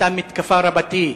היתה מתקפה רבתי,